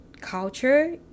culture